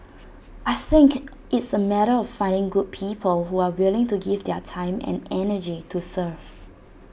I think it's A matter of finding good people who are willing to give their time and energy to serve